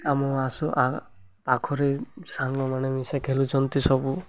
ଆମ ପାଖରେ ସାଙ୍ଗମାନେ ମିଶି ଖେଲୁଛନ୍ତି ସବୁ